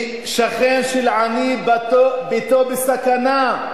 כי שכן של עני, ביתו בסכנה.